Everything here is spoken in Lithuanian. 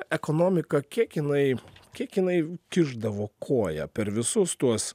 ekonomika kiek jinai kiek jinai kišdavo koją per visus tuos